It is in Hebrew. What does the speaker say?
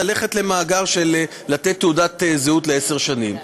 ללכת למאגר ולתת תעודת זהות לעשר שנים.